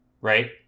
Right